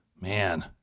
Man